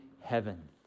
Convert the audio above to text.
heaven